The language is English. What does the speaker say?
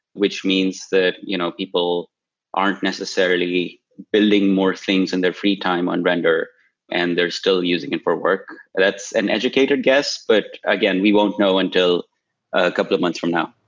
which means that you know people aren't necessarily building more things in their free time on render and they're still using it for work. that's an educated guess. but again, we won't know until ah couple of months from now.